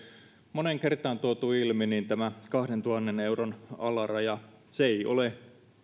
moneen kertaan tuotu ilmi tämä kahdentuhannen euron alaraja ei ole